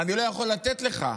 אני לא יכול לתת לך.